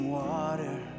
water